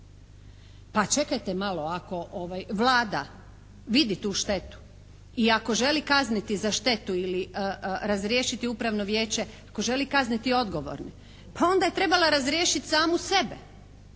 Pa čekajte malo, ako Vlada vidi tu štetu i ako želi kazniti za štetu ili razriješiti Upravno vijeće, ako želi kazniti odgovorne, pa onda je trebala razriješiti samu sebe